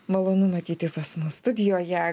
malonu matyti pas mus studijoje